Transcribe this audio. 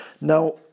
Now